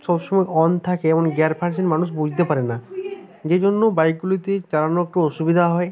সব সময় অন থাকে এবং গিয়ার ফাংশানিং মানুষ বুঝতে পারে না যে জন্য বাইকগুলিতে চালানো একটু অসুবিধা হয়